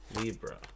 Libra